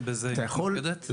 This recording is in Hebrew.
שבזה היא מתמקדת.